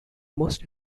most